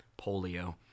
polio